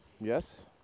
yes